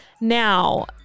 Now